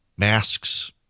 Masks